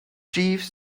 jeeves